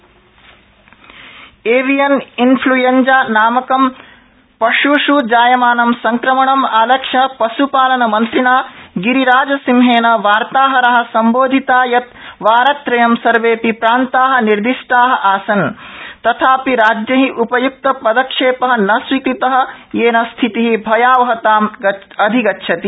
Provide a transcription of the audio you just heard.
पश्संक्रमणम् avian influenza नामकं पश्ष् जायमानं संक्रमणम् आलक्ष्य पश्पालन मन्त्रिणा गिरिराजसिंहेन वार्ताहरा संबोधिता यत् वारत्रयं सर्वेडपि प्रान्ता निर्दिष्टा आसनु तथापि राज्यै उपय्क्तपदक्षेप न स्वीकृत येन स्थिति भयावहताम् अधिगच्छति